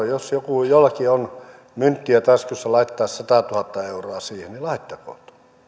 jos jollakin on mynttiä taskussa laittaa satatuhatta euroa siihen niin laittakoon